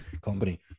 company